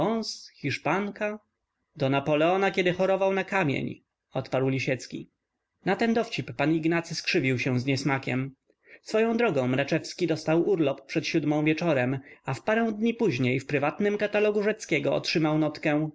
hiszpanka do napoleona kiedy chorował na kamień odparł lisiecki na ten dowcip pan ignacy skrzywił się z niesmakiem swoją drogą mraczewski dostał urlop przed siódmą wieczorem a w parę dni później w prywatnym katalogu rzeckiego otrzymał notatkę